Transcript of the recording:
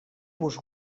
vos